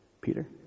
Peter